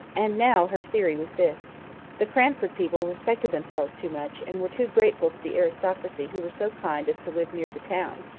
and now her theory was this the cranford people respected themselves too much, and were too grateful to the aristocracy who were so kind as to live near the town,